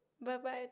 Bye-bye